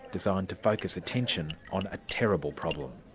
designed to focus attention on a terrible problem.